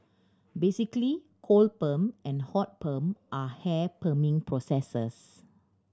basically cold perm and hot perm are hair perming processes